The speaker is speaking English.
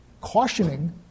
cautioning